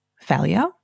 failure